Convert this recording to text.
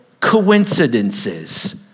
coincidences